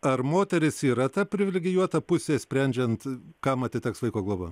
ar moteris yra ta privilegijuota pusė sprendžiant kam atiteks vaiko globa